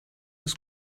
des